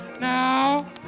now